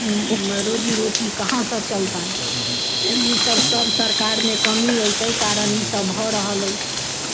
रोजी रोटी कहाँ से चलतनि तऽ ई सब सब सरकारमे कमी अछि ताहि कारण ई सब भऽ रहल अछि